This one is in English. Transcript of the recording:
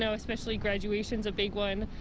so especially graduation, a big one.